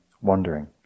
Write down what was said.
wandering